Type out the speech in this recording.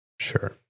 Sure